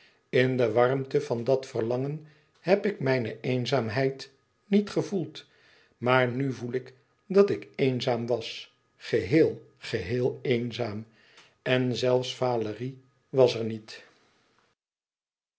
in de warmte van dat verlangen heb ik mijne eenzaamheid niet gevoeld maar nu voel ik dat ik eenzaam was geheel gehéél eenzaam en zelfs valérie was er niet